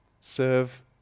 serve